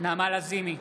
נעמה לזימי,